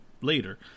later